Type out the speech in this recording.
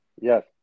Yes